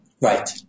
Right